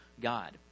God